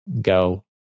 go